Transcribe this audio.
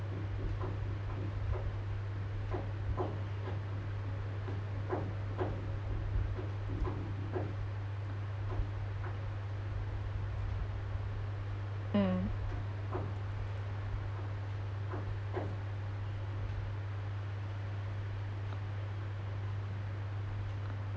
mm